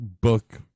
book